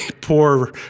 poor